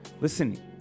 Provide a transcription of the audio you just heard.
Listen